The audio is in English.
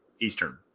Eastern